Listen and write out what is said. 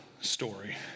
story